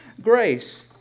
grace